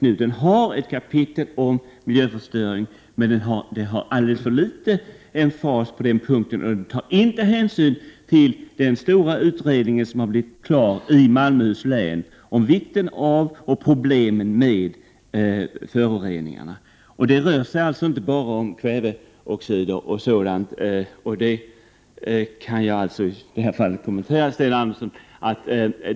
Remisshandlingarna har visserligen ett kapitel om miljöförstöring, men miljöförstöringen behandlas med alltför liten emfas. Man tar inte hänsyn till den stora utredning i Malmöhus län som nu blivit klar om vikten av och problemen med föroreningarna. Det rör sig inte bara om kväveoxider och sådant. Jag kan här kommentera Sten Anderssons i Malmö inlägg.